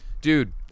dude